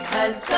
Cause